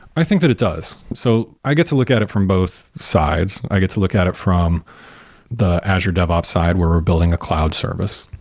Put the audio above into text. i think that it does. so i get to look at it from both sides. i get to look at it from the azure devops side, where we're building a cloud service,